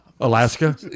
Alaska